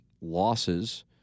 losses